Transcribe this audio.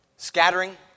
Scattering